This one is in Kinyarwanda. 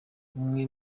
umwe